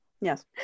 yes